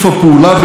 הכלכלי,